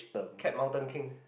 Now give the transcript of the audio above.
cat mountain king